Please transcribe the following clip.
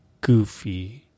goofy